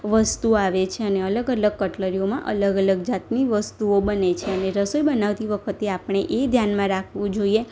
વસ્તુ આવે છે અને અલગ અલગ કટલરીઓમાં અલગ અલગ જાતની વસ્તુઓ બને છે અને રસોઈ બનાવતી વખતે આપણે એ ધ્યાનમાં રાખવું જોઈએ